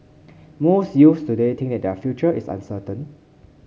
most youths today think that their future is uncertain